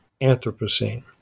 Anthropocene